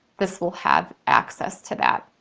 this will have access to that.